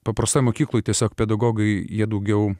paprastam mokykloje tiesiog pedagogai jie daugiau